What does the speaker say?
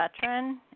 veteran